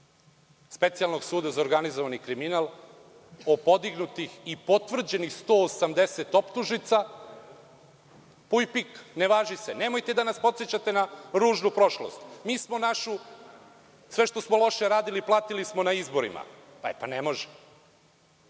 Specijalnog suda za organizovani kriminal o podignutih i potvrđenih 180 optužnica, puj pik - ne važi se. Nemojte da nas podsećate na ružnu prošlost. Mi našu, sve što smo loše radili, platili smo na izborima. E, pa ne